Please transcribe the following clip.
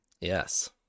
Yes